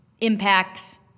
impacts